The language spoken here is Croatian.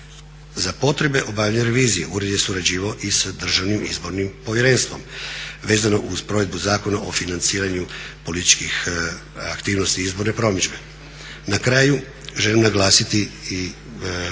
Za potrebe obavljanja revizije ured je surađivao i sa Državnim izbornim povjerenstvom vezano uz provedbu Zakona o financiranju političkih aktivnosti i izborne promidžbe. Na kraju želim naglasiti i našu